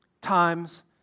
times